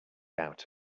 out